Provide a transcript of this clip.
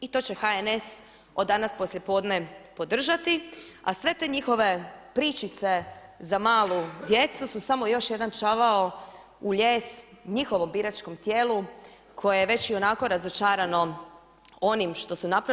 I to će HNS od danas poslije podne podržati, a sve te njihove pričice za malu djecu su samo još jedan čavao u lijes njihovom biračkom tijelu koje je već i onako razočarano onim što su napravili.